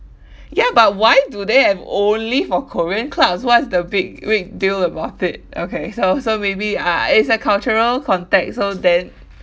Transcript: ya but why do they have only for korean clubs what's the big big deal about it okay so so maybe I I it's a cultural context so then